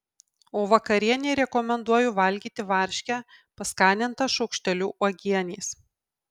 o vakarienei rekomenduoju valgyti varškę paskanintą šaukšteliu uogienės